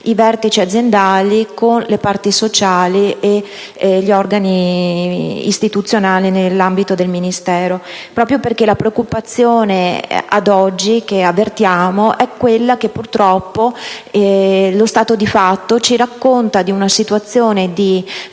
i vertici aziendali con le parti sociali e gli organi istituzionali nell'ambito del Ministero, proprio perché la preoccupazione che ad oggi avvertiamo è quella che, purtroppo, lo stato di fatto ci racconta: una situazione di